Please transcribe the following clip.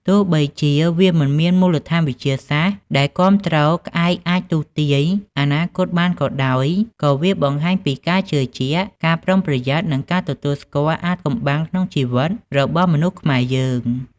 ទោះបីជាវាមិនមានមូលដ្ឋានវិទ្យាសាស្ត្រដែលគាំទ្រ ក្អែកអាចទស្សន៍ទាយអនាគតបានក៏ដោយ, ក៏វាបង្ហាញពីភាពជឿជាក់, ការប្រុងប្រយ័ត្ន និងការទទួលស្គាល់អាថ៌កំបាំងក្នុងជីវិតរបស់មនុស្សខ្មែរយើង។